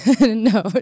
no